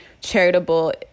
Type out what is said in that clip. charitable